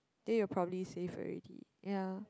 then you're probably safe already ya